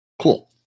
Cool